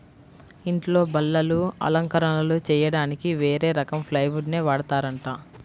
ఇంట్లో బల్లలు, అలంకరణలు చెయ్యడానికి వేరే రకం ప్లైవుడ్ నే వాడతారంట